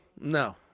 No